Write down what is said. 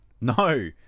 No